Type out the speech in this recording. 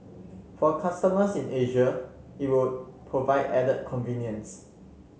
for customers in Asia it would provide added convenience